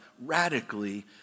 radically